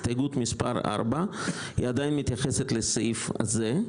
הסתייגות 4. היא עדיין מתייחסת לסעיף הזה,